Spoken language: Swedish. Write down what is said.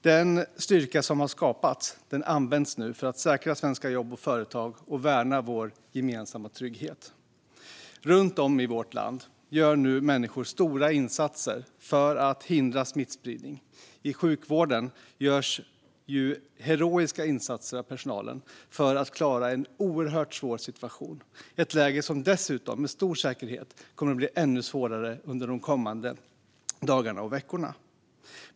Den styrka som har skapats används nu för att säkra svenska jobb och företag och värna vår gemensamma trygghet. Runt om i vårt land gör människor nu stora insatser för att hindra smittspridning. I sjukvården görs heroiska insatser av personalen för att klara en oerhört svår situation, ett läge som dessutom med stor säkerhet kommer att bli ännu svårare under de kommande dagarna och veckorna.